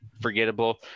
forgettable